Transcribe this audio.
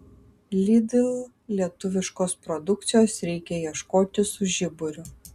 lidl lietuviškos produkcijos reikia ieškoti su žiburiu